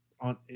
on